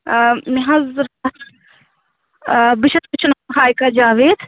آ مےٚ حظ اوس آ بہٕ چھَس ہایکر جاوید